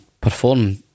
perform